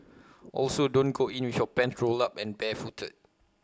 also don't go in with your pants rolled up and barefooted